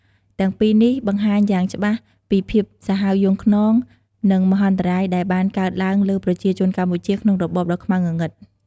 ទាំងពីរនេះ បង្ហាញយ៉ាងច្បាស់ពីភាពសាហាវយង់ឃ្នង និងមហន្តរាយដែលបានកើតឡើងលើប្រជាជនកម្ពុជា ក្នុងរបបដ៏ខ្មៅងងឹត។